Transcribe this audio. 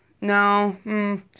No